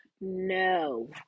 No